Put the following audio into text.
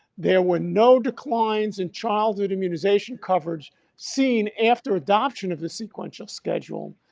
there were no declines in childhood immunization coverage seen after adoption of the sequential schedule.